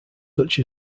such